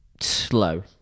slow